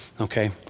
Okay